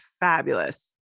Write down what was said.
fabulous